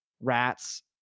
Rats